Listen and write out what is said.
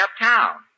uptown